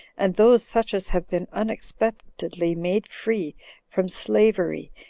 and those such as have been unexpectedly made free from slavery,